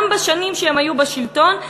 גם בשנים שהם היו בשלטון,